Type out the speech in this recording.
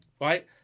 right